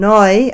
Noi